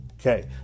Okay